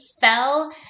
fell